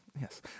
yes